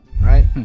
right